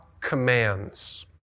commands